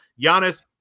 Giannis